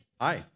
Hi